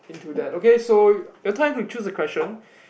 into that okay so your turn to choose a question